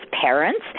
parents